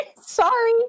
Sorry